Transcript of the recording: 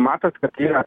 matot kad yra